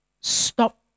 Stop